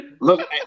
Look